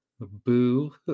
boo